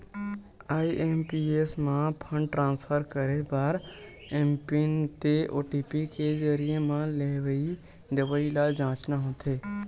IMPS म fund transfer करे बर एमपिन ते ओ.टी.पी के जरिए म लेवइ देवइ ल जांचना होथे